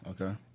Okay